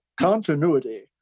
continuity